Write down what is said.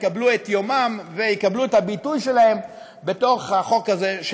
יקבלו את יומן ויקבלו את הביטוי שלהן בתוך החוק הזה,